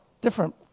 different